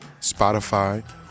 Spotify